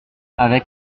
avec